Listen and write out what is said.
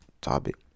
topic